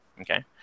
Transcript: Okay